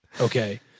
Okay